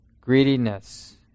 greediness